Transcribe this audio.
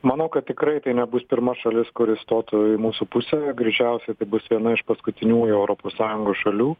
manau kad tikrai tai nebus pirma šalis kuri stotų į mūsų pusę greičiausiai tai bus viena iš paskutiniųjų europos sąjungos šalių